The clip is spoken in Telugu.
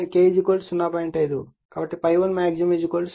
5 కాబట్టి ∅1 max 0